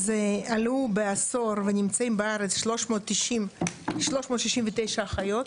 אז עלו בעשור ונמצאים בארץ 369 אחיות,